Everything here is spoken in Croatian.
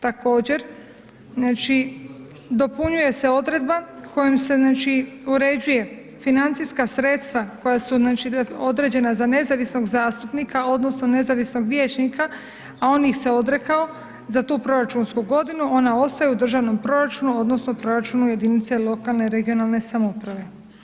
Također dopunjuje se odredba kojom se uređuje financijska sredstva koja su određena za nezavisnog zastupnika odnosno nezavisnog vijećnika a on ih se odrekao za tu proračunsku godinu, ona ostaje u državnom proračunu odnosno proračunu jedinice lokalne i regionalne samouprave.